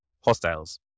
hostiles